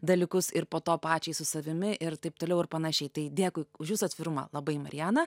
dalykus ir po to pačiai su savimi ir taip toliau ir panašiai tai dėkui už jūsų atvirumą labai mariana